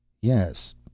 Yes